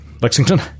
Lexington